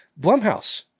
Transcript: Blumhouse